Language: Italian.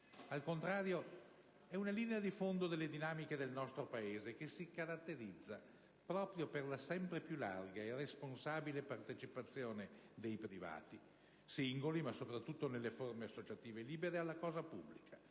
Al contrario, è una linea di fondo delle dinamiche del nostro Paese, che si caratterizza proprio per la sempre più larga e responsabile partecipazione dei privati - singoli, ma soprattutto nelle forme associative libere - alla cosa pubblica,